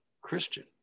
Christian